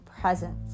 presence